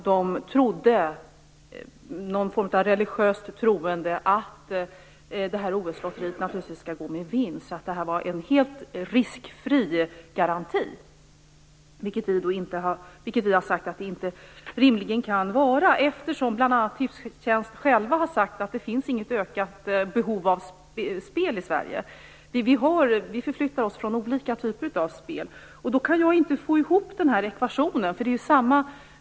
De hade någon form av religiös tro på att detta OS-lotteri naturligtvis skall gå med vinst och att det var en helt riskfri garanti, vilket vi i Miljöpartiet har sagt att det inte rimligen kan vara. Tipstjänst har själv sagt att det inte finns något ökat behov av spel i Sverige. Vi förflyttar oss från olika typer av spel till andra. Då kan jag inte få ihop ekvationen.